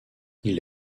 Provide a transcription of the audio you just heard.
elle